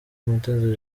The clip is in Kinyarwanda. mutesi